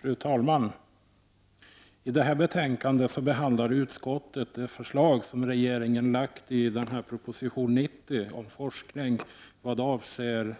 Fru talman! I detta betänkande behandlar utskottet de förslag som regeringen lagt fram i proposition 1989/90:90 om forskning, vad avser